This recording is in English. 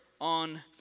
on